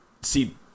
see